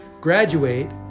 graduate